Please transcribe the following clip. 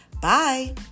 Bye